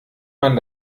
man